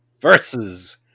versus